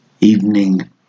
evening